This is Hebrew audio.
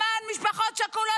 למען משפחות שכולות,